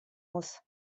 muss